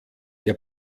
der